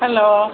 hello